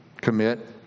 commit